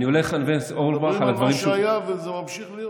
תאמין לי שאני הולך, מה שהיה וזה ממשיך להיות.